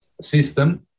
system